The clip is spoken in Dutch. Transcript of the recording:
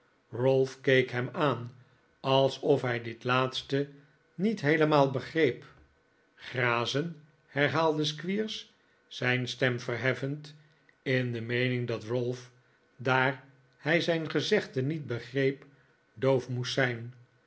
ralph keek hem aan alsof hij dit laatste niet heelemaal begreep grazen herhaalde squeers zijn stem verheffend in de meening dat ralph daar hij zijn gezegde niet begreep doof moest zijn